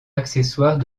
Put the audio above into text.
accessoires